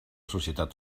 societat